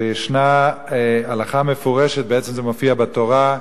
וישנה הלכה מפורשת, בעצם זה מופיע בתורה,